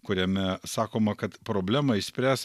kuriame sakoma kad problemą išspręs